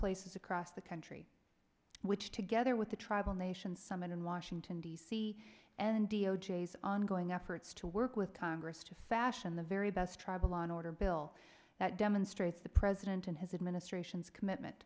places across the country which together with the tribal nations summit in washington d c and d o j ongoing efforts to work with congress to fashion the very best tribal law in order bill that demonstrates the president and his administration's commitment